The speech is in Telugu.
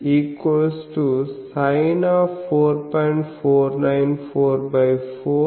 4944